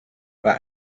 war